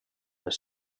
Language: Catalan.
les